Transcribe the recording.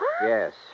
Yes